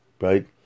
right